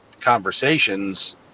conversations